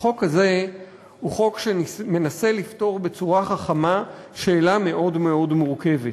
החוק הזה הוא חוק שמנסה לפתור בצורה חכמה שאלה מאוד מאוד מורכבת.